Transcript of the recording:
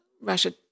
Russia